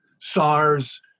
SARS